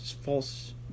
false